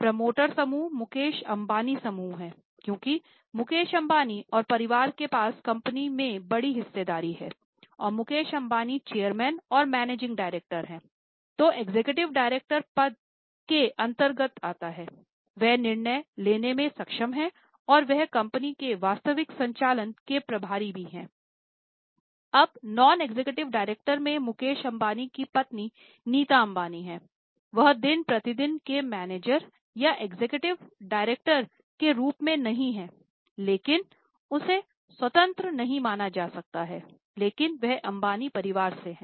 promoter समूह मुकेश अंबानी समूह है क्योंकि मुकेश अंबानी और परिवार के पास कंपनी में बड़ी हिस्सेदारी है और मुकेश अंबानी चेयरमैन और मैनेजिंग डायरेक्टर हैं